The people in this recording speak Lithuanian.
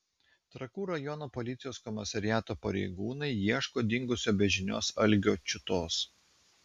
trakų rajono policijos komisariato pareigūnai ieško dingusio be žinios algio čiutos